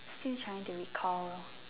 still trying to recall